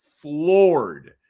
floored